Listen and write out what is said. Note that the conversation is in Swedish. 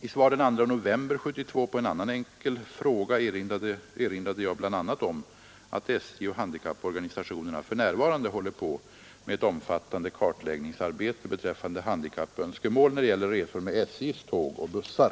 I svar den 2 november 1972 på en annan enkel fråga erinrade jag bl.a. om att SJ och handikapporganisationerna för närvarande håller på med ett omfattande kartläggningsarbete beträffande handikappönskemål när det gäller resor med SJ:s tåg och bussar.